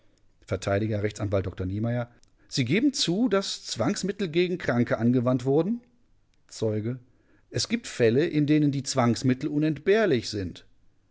vert rechtsanwalt dr niemeyer sie geben zu daß zwangsmittel gegen kranke angewandt wurden zeuge es gibt fälle in denen die zwangsmittel unentbehrlich sind